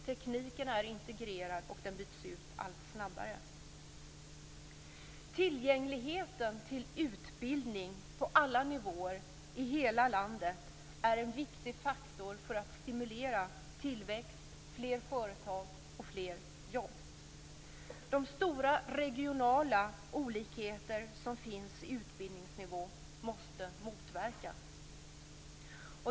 Tekniken är integrerad och byts ut allt snabbare. Tillgängligheten till utbildning på alla nivåer i hela landet är en viktig faktor för att stimulera tillväxt, fler företag och fler jobb. De stora regionala olikheter som finns i utbildningsnivå måste motverkas.